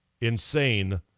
insane